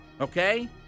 okay